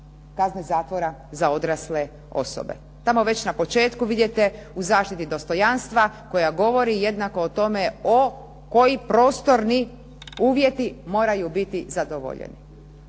kazne zatvora za odrasle osobe. Tamo već u početku vidite u zaštiti dostojanstva koja govori jednako o tome koji prostorni uvjeti moraju biti zadovoljeni.